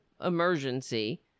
emergency